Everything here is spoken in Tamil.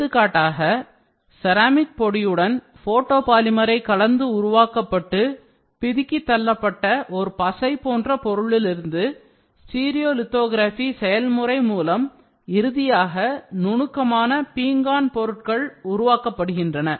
எடுத்துக்காட்டாக செராமிக் பொடியுடன் ஃபோட்டோபாலிமரை கலந்து உருவாக்கப்பட்டு பிதுக்கி தள்ளப்பட்ட ஒரு பசை போன்ற பொருளிலிருந்துஸ்டீரியோலிதோகிராஃபி செயல்முறை மூலம் இறுதியாக நுணுக்கமான பீங்கான் பொருள்கள் உருவாக்கப்படுகின்றன